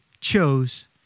chose